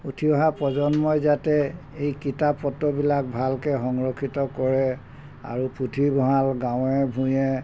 উঠি অহা প্ৰজন্মই যাতে এই কিতাপ পত্ৰবিলাক ভালকৈ সংৰক্ষিত কৰে আৰু পুথিভঁৰাল গাঁৱে ভূয়ে